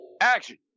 action